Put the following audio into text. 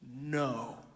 no